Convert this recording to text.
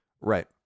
right